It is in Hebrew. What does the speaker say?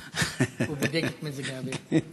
הוא בודק את מזג האוויר.